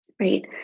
right